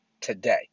today